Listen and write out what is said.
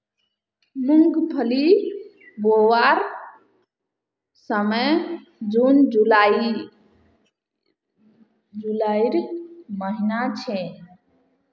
मूंगफली बोवार समय जून जुलाईर महिना छे